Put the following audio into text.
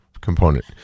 component